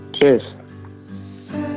Cheers